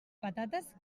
patates